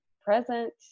present